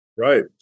Right